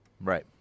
Right